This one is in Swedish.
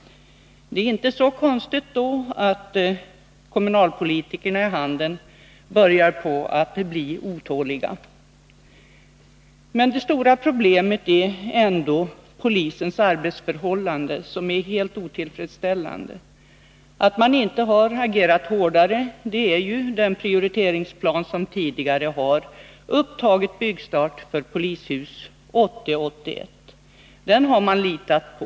Det är inte så konstigt att kommunalpolitikerna i Handen börjar bli otåliga. Det största problemet är emellertid polisens arbetsförhållanden, som nu är helt otillfredsställande. Att man inte har agerat hårdare beror på att prioriteringsplanen tidigare upptagit byggstart för polishuset 1980/81. Den planen har man litat på.